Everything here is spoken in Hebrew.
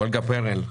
אולגה פרל,